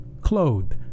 clothed